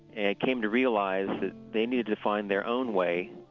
and i came to realize that they needed to find their own way,